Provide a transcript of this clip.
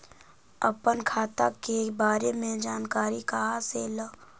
अपन खाता के बारे मे जानकारी कहा से ल?